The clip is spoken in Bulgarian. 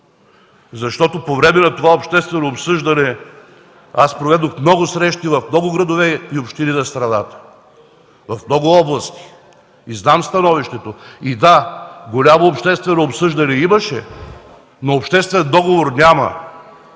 Защото по време на това обществено обсъждане аз проведох много срещи в много градове и общини на страната, в много области и знам становището. Да, имаше голямо обществено обсъждане, но обществен договор няма.